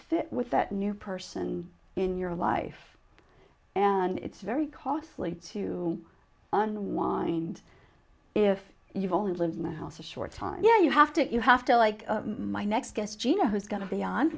fit with that new person in your life and it's very costly to unwind if you've only lived in the house a short time you know you have to you have to like my next guest you know who's going to be on